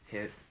Hit